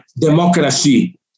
democracy